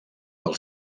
del